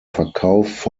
verkauf